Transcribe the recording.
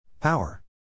Power